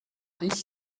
ich